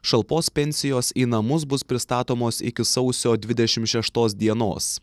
šalpos pensijos į namus bus pristatomos iki sausio dvidešim šeštos dienos